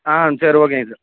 ஆ சரி ஓகேங்க சார்